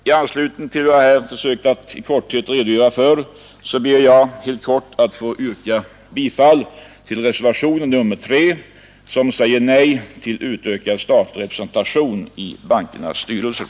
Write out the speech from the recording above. I anslutning till vad jag har försökt att i korthet redogöra för ber jag att få yrka bifall till reservationen 3 a, som säger nej till utökad statlig representation i bankernas styrelser.